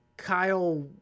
Kyle